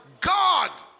God